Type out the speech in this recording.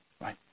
right